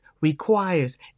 requires